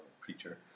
creature